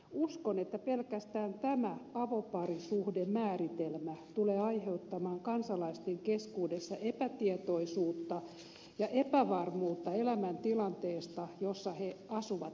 uskon että pelkästään tämä avoparisuhdemääritelmä tulee aiheuttamaan kansalaisten keskuudessa epätietoisuutta ja epävarmuutta elämäntilanteesta jossa he asuvat ja elävät